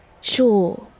Sure